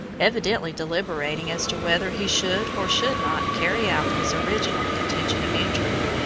evidently deliberating as to whether he should or should not carry out his original intention of entering.